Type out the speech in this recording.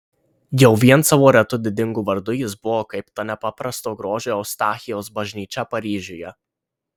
jau vien savo retu didingu vardu jis buvo kaip ta nepaprasto grožio eustachijaus bažnyčia paryžiuje